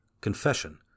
Confession